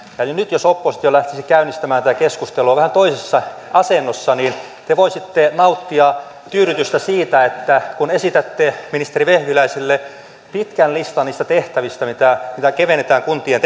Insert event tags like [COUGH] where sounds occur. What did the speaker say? eli nyt jos oppositio lähtisi käynnistämään tätä keskustelua vähän toisessa asennossa te voisitte nauttia tyydytystä siitä että kun esitätte ministeri vehviläiselle pitkän listan niistä tehtävistä mitä mitä kevennetään kuntien [UNINTELLIGIBLE]